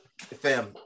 Fam